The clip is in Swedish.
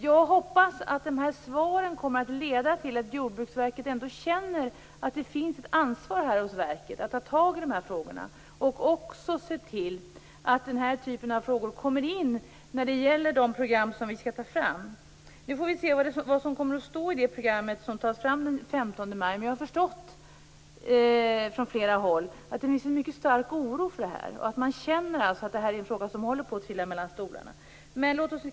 Jag hoppas att dessa svar kommer att leda till att Jordbruksverket ändå känner att det har ett ansvar att ta tag i dessa frågor och att också se till att den här typen av frågor kommer in i fråga om de program som vi skall ta fram. Vi får se vad som kommer att stå i det program som skall tas fram den 15 maj. Men jag har förstått från flera håll att det finns en mycket stor oro för detta och att man känner att detta är en fråga som håller på att trilla mellan stolarna.